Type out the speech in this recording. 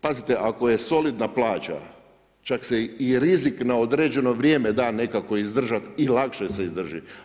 Pazite, ako je solidna plaća, čak se i rizik na određeno vrijeme da nekako izdržati i lakše se izdrži.